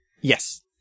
Yes